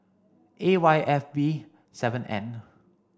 A Y F B seven N